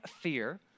fear